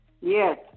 Yes